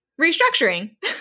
restructuring